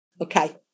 Okay